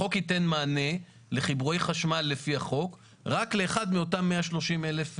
החוק ייתן מענה לחיבורי חשמל לפי החוק רק לאחד מאותם 130,000?